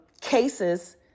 cases